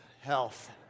health